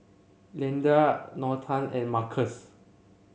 Leandra Norton and Markus